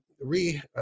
re-